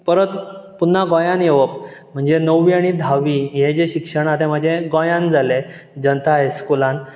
परत पुना गोंयांन येवप म्हणजे णव्वी आनी धाव्वी ह्यें जें शिक्षण हा तें म्हाजें गोंयांन जालें जनता हाय स्कुलान